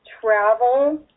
travel